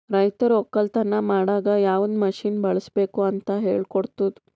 ರೈತರು ಒಕ್ಕಲತನ ಮಾಡಾಗ್ ಯವದ್ ಮಷೀನ್ ಬಳುಸ್ಬೇಕು ಅಂತ್ ಹೇಳ್ಕೊಡ್ತುದ್